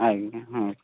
ଆଜ୍ଞା ହଁ